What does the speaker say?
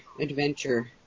adventure